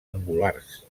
angulars